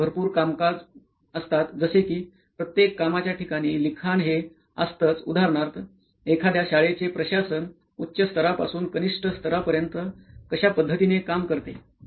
दैनंदिन भरपूर कामकाज असतात जसे कि प्रत्येक कामाच्या ठिकाणी लिखाण हे असतंच उदाहरणार्थ एखाद्या शाळेचे प्रशासन उच्च स्तरापासून कनिष्ठ स्थरापर्यंत कश्या पद्धतीने काम करते